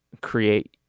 create